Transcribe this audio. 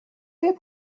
les